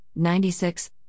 96